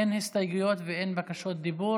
אין הסתייגויות ואין בקשות דיבור.